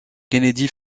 kennedy